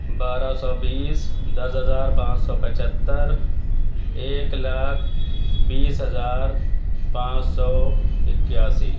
بارہ سو بیس دس ہزار پانچ سو پچھتر ایک لاکھ بیس ہزار پانچ سو اکیاسی